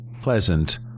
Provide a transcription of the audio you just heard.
pleasant